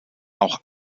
auch